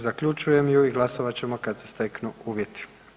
Zaključujem ju i glasovat ćemo kad se steknu uvjeti.